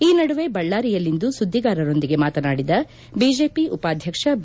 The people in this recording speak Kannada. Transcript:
ಈ ನಡುವೆ ಬಳ್ಳಾರಿಯಲ್ಲಿಂದು ಸುದ್ದಿಗಾರರೊಂದಿಗೆ ಮಾತನಾಡಿದ ಬಿಜೆಪಿ ಉಪಾಧ್ಯಕ್ಷ ಬಿ